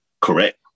Correct